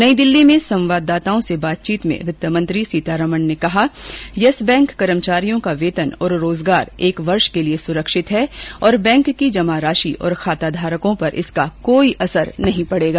नई दिल्ली में संवाददाताओं से बातचीत में वित्त मंत्री सीतारामन ने कहा कि येस बैंक कर्मचारियों का वेतन और रोजगार एक वर्ष के लिए सुरक्षित है और बैंक की जमा राशि और खाताधारकों पर कोई असर नहीं पड़ेगा